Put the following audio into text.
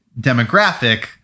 demographic